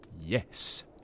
Yes